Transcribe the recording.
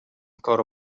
کارو